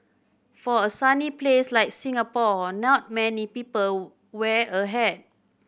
for a sunny place like Singapore not many people wear a hat